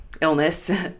illness